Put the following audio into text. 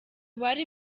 bari